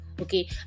okay